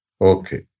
Okay